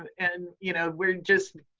and, you know, we're just,